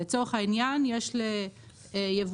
ידי מי שהוא